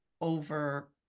over